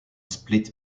split